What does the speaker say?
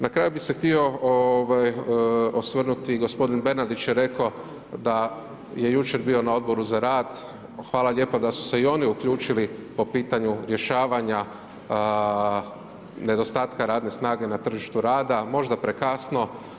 Na kraju bio se htio osvrnuti, gospodin Bernardić je rekao da je jučer bio na Odboru za rad, hvala lijepa da su se i oni uključili po pitanju rješavanja nedostatka radne snage na tržištu rada, možda prekasno.